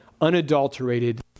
unadulterated